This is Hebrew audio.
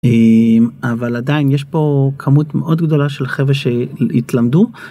אבל עדיין יש פה כמות מאוד גדולה של חבר'ה שהתלמדו.